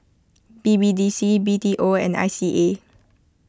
B B D C B T O and I C A